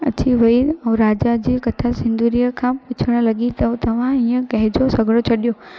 अची वई ऐं राजा जी कथा सुंदरीअ खां पुछणु लॻी त तव्हां हीअं कंहिंजो सॻिड़ो छॾियो